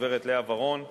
הגברת לאה ורון,